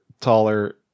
taller